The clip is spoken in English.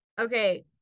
okay